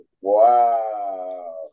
Wow